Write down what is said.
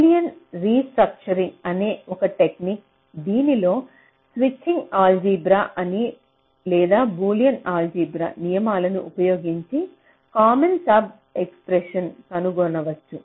Boolean restructuring అనే ఒక technique దీనిలో స్విచ్చింగ్ ఆల్జీబ్రా లేదా బులియన్ ఆల్జీబ్రా నియమాలను ఉపయోగించి కామన్ సబ్ ఎక్స్ప్రెషన్ని కనుగొనవచ్చు